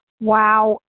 Wow